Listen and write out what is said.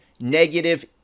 negative